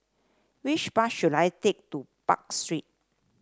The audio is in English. which bus should I take to Park Street